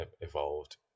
evolved